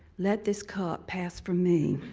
let this cup pass from me.